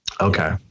Okay